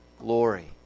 glory